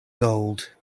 gold